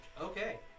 Okay